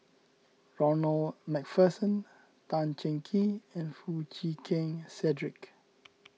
Ronald MacPherson Tan Cheng Kee and Foo Chee Keng Cedric